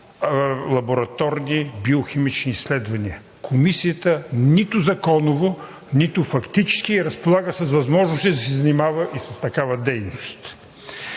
лабораторни биохимични изследвания. Комисията нито законово, нито фактически разполага с възможности да се занимава и с такава дейност.